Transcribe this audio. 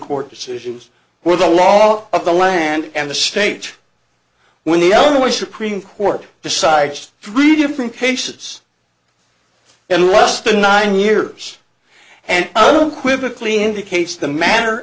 court decisions were the law of the land and the state when the only supreme court decides three different cases unless the nine years and quickly indicates the manner